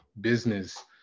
business